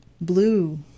blue